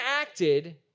acted